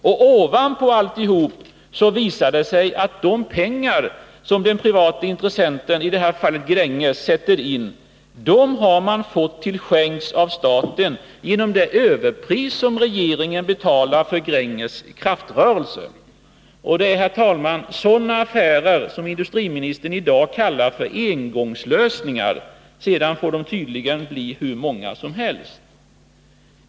Och ovanpå alltihop visar det sig att de pengar som den privata intressenten — i det här fallet Gränges — sätter in, har man fått till skänks av staten genom det överpris som regeringen betalar för Gränges kraftrörelse. Det är, herr talman, sådana affärer som industriministern i dag kallar för engångslösningar; sedan får de tydligen bli hur många som helst.